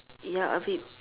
they are a bit